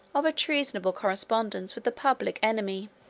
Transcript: of a treasonable correspondence with the public enemy.